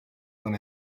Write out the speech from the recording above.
when